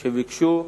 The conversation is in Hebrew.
שביקשו,